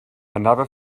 another